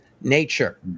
nature